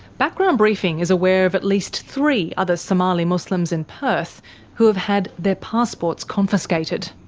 background briefing is aware of at least three other somali muslims in perth who have had their passports confiscated.